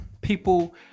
people